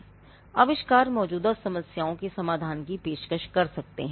आविष्कार मौजूदा समस्याओं के समाधान की पेशकश कर सकते हैं